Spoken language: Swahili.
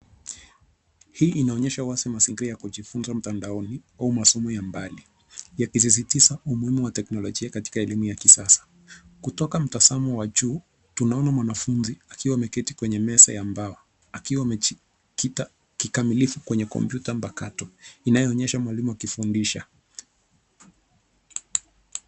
Hii inaonyesha wazi mazingira ya kujifunza mtandaoni au masomo ya mbali yakisisitiza umuhimu wa teknolojia katika elimu ya kisasa. Kutoka mtazamo wa juu tunaona mwanafunzi akiwa ameketi kwenye meza ya mbao akiwa amejikita kikamilifu kwenye kompyuta mpakato inayoonyesha mwalimu akifundisha.